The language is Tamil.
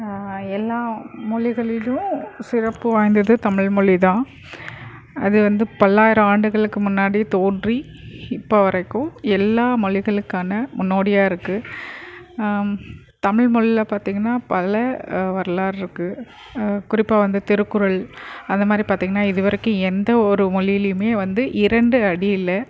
எல்லா மொழிகளிலேயும் சிறப்பு வாய்ந்தது தமிழ்மொழி தான் அது வந்து பல்லாயிரம் ஆண்டுகளுக்கு முன்னாடி தோன்றி இப்போ வரைக்கும் எல்லா மொழிகளுக்கான முன்னோடியாக இருக்குது தமிழ்மொழில்ல பார்த்திங்கனா பல வரலாற்ருக்கு குறிப்பாக வந்து திருக்குறள் அந்தமாதிரி பார்த்தீங்கனா இது வரைக்கும் எந்த ஒரு மொழிலேயுமே வந்து இரண்டு அடியில்